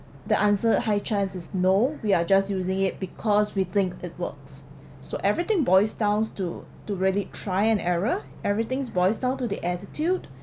the answer high chance is no we are just using it because we think it works so everything boils down to to really try and error everything boils down to the attitude